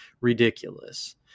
ridiculous